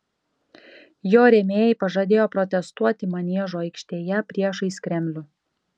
jo rėmėjai pažadėjo protestuoti maniežo aikštėje priešais kremlių